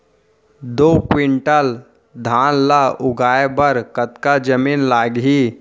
दो क्विंटल धान ला उगाए बर कतका जमीन लागही?